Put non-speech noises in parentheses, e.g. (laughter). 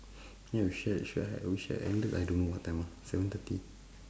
(breath) ya we should should've should've ended I don't know what time ah seven thirty